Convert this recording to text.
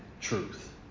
truth